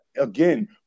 again